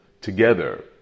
together